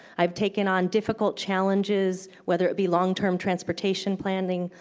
i've taken on difficult challenges, whether it be long-term transportation planning,